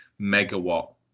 megawatt